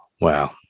Wow